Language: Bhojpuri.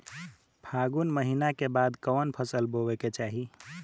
फागुन महीना के बाद कवन फसल बोए के चाही?